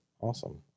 Awesome